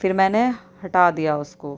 پھر میں نے ہٹا دیا اس کو